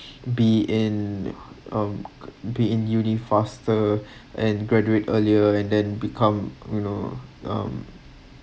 be in um be in uni faster and graduate earlier and then become you know um